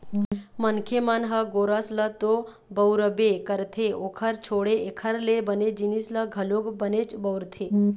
मनखे मन ह गोरस ल तो बउरबे करथे ओखर छोड़े एखर ले बने जिनिस ल घलोक बनेच बउरथे